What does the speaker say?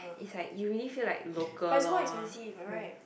it's like you really feel like local lor no